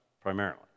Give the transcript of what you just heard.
primarily